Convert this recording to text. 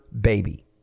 baby